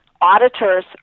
auditors